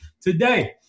today